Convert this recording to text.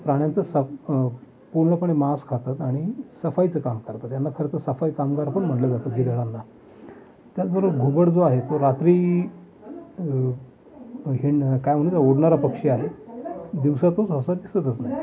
प्राण्यांचा सप पूर्णपणे मास खातात आणि सफाईचं काम करतात यांना खरंतर सफाई कामगार पण म्हटलं जातं गिधाडांना त्याच बरोबर घुबड जो आहे तो रात्री हिंड काय म्हणतो उडणारा पक्षी आहे दिवसा तो सहसा दिसतच नाही